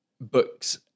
books